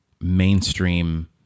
mainstream